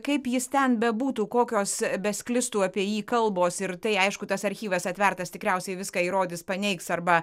kaip jis ten bebūtų kokios besklistų apie jį kalbos ir tai aišku tas archyvas atvertas tikriausiai viską įrodys paneigs arba